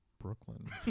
Brooklyn